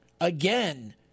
again